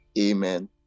amen